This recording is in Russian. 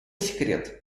секрет